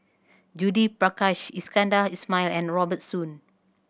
Judith Prakash Iskandar Ismail and Robert Soon